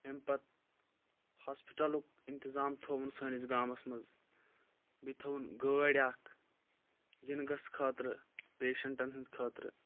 اَمہِ پَتہٕ ہاسپٹَلُک انتظام تھووُن سٲنِس گامَس منٛز بیٚیہِ تھٲوٕن گٲڑۍ اَکھ یِنہٕ گَژھنہٕ خٲطرٕ پیشنٛٹَن ہنٛدۍ خٲطرٕ